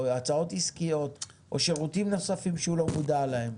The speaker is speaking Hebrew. הצעות עסקיות או שירותים נוספים שהוא לא מודע להם.